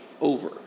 over